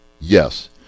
Yes